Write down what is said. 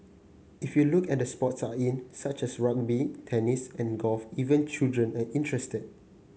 if you look at the sports are in such as rugby tennis and golf even children are interested